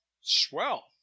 Swell